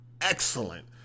excellent